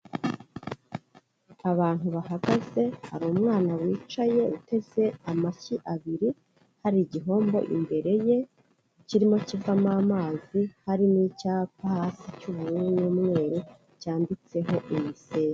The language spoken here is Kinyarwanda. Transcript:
Abantu bahagaze, hari umwana wicaye uteze amashyi abiri, hari igihombo imbere ye kirimo kivamo amazi, harimo icyapa hasi cy'ubururu n'umweru cyanditseho Unicef.